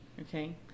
okay